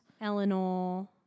Eleanor